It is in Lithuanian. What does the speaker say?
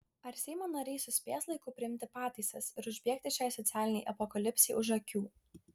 ar seimo nariai suspės laiku priimti pataisas ir užbėgti šiai socialinei apokalipsei už akių